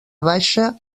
baixa